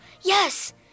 Yes